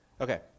Okay